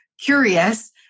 curious